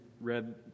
read